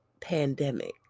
Pandemic